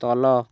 ତଲ